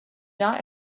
not